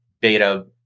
beta